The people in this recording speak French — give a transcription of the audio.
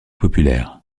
populaire